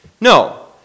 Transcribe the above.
No